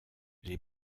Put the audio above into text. les